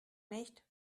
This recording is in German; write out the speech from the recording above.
nicht